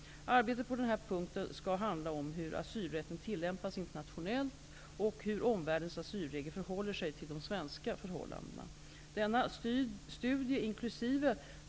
Arbetet på denna punkt skall handla om hur asylrätten tillämpas internationellt och hur omvärldens asylregler förhåller sig till de svenska förhållandena. Denna studie, inkl.